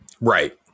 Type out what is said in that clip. Right